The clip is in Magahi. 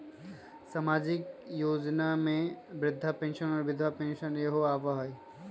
सामाजिक योजना में वृद्धा पेंसन और विधवा पेंसन योजना आबह ई?